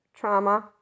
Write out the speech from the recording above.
trauma